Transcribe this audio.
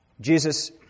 Jesus